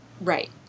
right